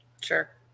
Sure